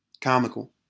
Comical